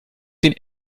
auch